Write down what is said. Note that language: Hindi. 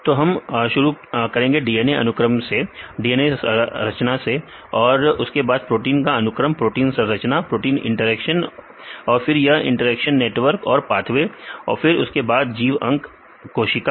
तो हम शुरू करेंगे DNA अनुक्रम से से DNA रचना और उसके बाद प्रोटीन का अनुक्रम प्रोटीन संरचना प्रोटीन इंटरेक्शन और फिर यह इंटरेक्शन नेटवर्क और पाथवे फिर उसके बाद जीव अंग कोशिका